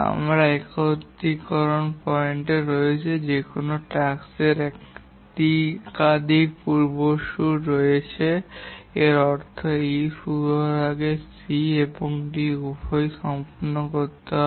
আমাদের একত্রীকরণ পয়েন্ট রয়েছে যেখানে কোনও টাস্কের একাধিক পূর্বসূর রয়েছে এর অর্থ E শুরু করার আগে C এবং D উভয়ই সম্পন্ন করতে হবে